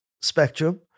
spectrum